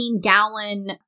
gallon